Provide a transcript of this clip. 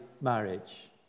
marriage